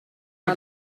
una